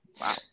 Wow